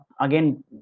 Again